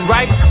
Right